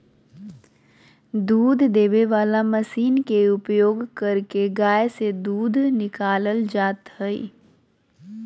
दूध देबे वला मशीन के उपयोग करके गाय से दूध निकालल जा हइ